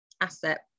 asset